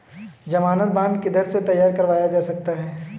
ज़मानत बॉन्ड किधर से तैयार करवाया जा सकता है?